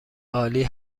عالی